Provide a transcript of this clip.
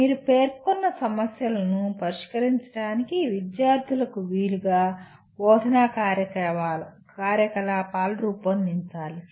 మీరు పేర్కొన్న సమస్యలను పరిష్కరించడానికి విద్యార్థులకు వీలుగా బోధనా కార్యకలాపాలు రూపొందించాలి